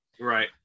Right